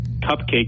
cupcake